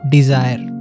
Desire